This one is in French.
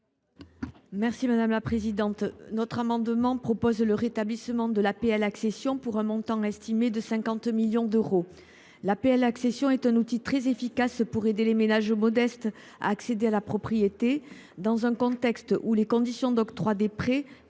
Mme Viviane Artigalas. Cet amendement vise à rétablir l’APL accession pour un montant estimé à 50 millions d’euros. L’APL accession constitue un outil très efficace pour aider les ménages modestes à accéder à la propriété dans un contexte où les conditions d’octroi des prêts